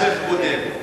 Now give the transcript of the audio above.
השיח' קודם.